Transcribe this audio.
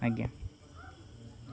ଆଜ୍ଞା